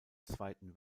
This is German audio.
zweiten